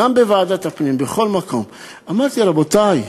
גם בוועדת הפנים, בכל מקום, אמרתי, רבותי,